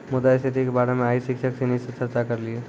मुद्रा स्थिति के बारे मे आइ शिक्षक सिनी से चर्चा करलिए